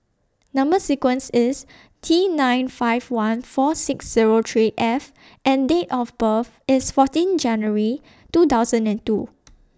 Number sequence IS T nine five one four six Zero three F and Date of birth IS fourteen January two thousand and two